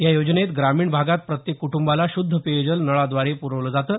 या योजनेत ग्रामीण भागात प्रत्येक कुटूंबाला शुध्द पेयजल नळाद्वारे पुरवलं जातं